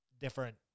different